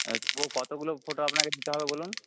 হ্যাঁ তো কতগুলো ফটো আপনাকে দিতে হবে বলুন